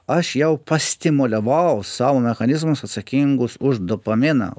aš jau pastimuliavau sau mechanizmus atsakingus už dopaminą